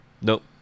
Nope